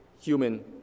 human